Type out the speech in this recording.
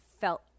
felt